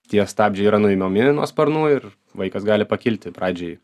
tie stabdžiai yra nuimami nuo sparnų ir vaikas gali pakilti pradžioj